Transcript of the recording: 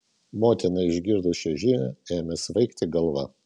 motinai išgirdus šią žinią ėmė svaigti galva